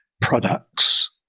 products